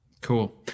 cool